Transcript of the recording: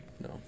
No